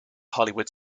hollywood